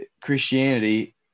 Christianity